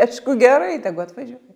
aišku gerai tegu atvažiuoja